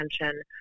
attention